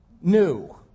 new